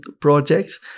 projects